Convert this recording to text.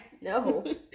No